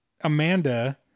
Amanda